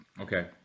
Okay